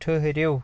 ٹھٕہرِو